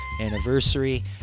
Anniversary